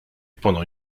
pendant